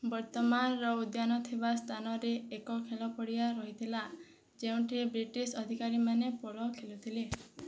ବର୍ତ୍ତମାନର ଉଦ୍ୟାନ ଥିବା ସ୍ଥାନରେ ଏକ ଖେଳ ପଡ଼ିଆ ରହିଥିଲା ଯେଉଁଠି ବ୍ରିଟିଶ ଅଧିକାରୀମାନେ ପୋଲୋ ଖେଳୁଥିଲେ